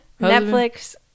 netflix